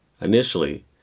initially